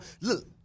Look